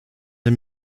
der